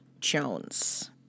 Jones